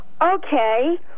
okay